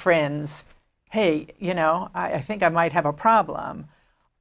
friends hey you know i think i might have a problem